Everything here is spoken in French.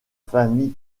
famille